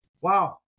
wow